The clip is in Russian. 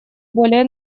более